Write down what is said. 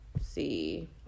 see